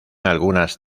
algunas